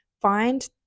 find